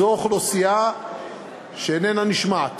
זו אוכלוסייה שאיננה נשמעת,